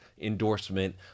endorsement